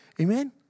Amen